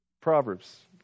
Proverbs